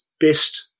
best